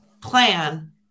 plan